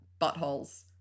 buttholes